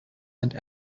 and